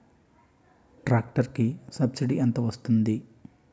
Tractor కి subsidy ఎంత వస్తుంది?